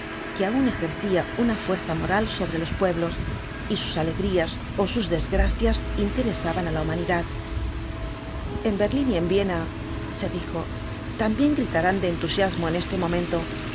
mundo que aun ejercía una fuerza moral sobre los pueblos y sus alegrías ó sus desgracias interesaban á la humanidad en berlín y en viena se dijo también gritarán de entusiasmo en este momento